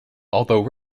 although